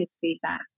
feedback